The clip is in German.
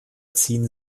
ziehen